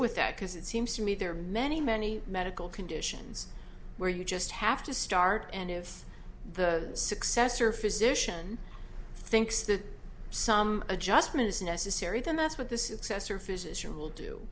with that because it seems to me there are many many medical conditions where you just have to start and if the successor physician thinks that some adjustment is necessary then that's what this